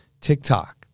TikTok